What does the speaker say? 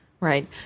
Right